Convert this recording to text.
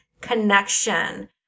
connection